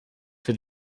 for